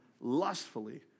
lustfully